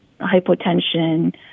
hypotension